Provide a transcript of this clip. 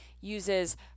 uses